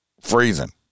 freezing